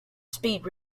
speed